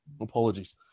Apologies